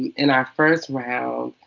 in our first round,